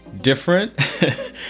different